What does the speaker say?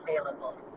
available